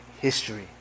history